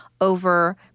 over